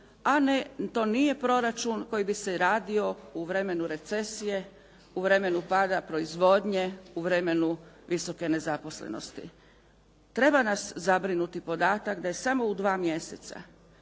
a to nije proračun koji bi se radio u vremenu recesije, u vremenu pada proizvodnje, u vremenu visoke nezaposlenosti. Treba nas zabrinuti podatak da je samo u 2 mjeseca,